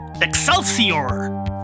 Excelsior